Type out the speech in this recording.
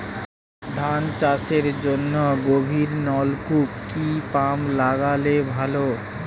ধান চাষের জন্য গভিরনলকুপ কি পাম্প লাগালে ভালো?